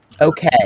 okay